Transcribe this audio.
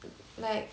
like